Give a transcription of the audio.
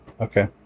Okay